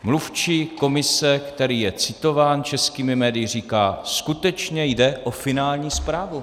Mluvčí Komise, který je citován českými médii, říká: Skutečně jde o finální zprávu.